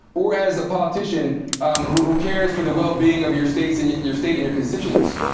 or as a politician um who cares for the well-being of your state and your state and your constituents?